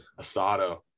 Asado